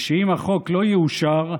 שאם החוק לא יאושר,